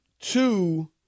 two